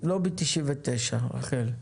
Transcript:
רחל, בבקשה.